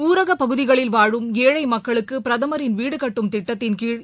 ஊரகப்பகுதிகளில் வாழும் ஏழை மக்களுக்கு பிரதமரின் வீடு கட்டும் திட்டத்தின்கீழ்